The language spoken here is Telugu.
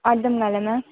అర్థం కాలేదు మ్యామ్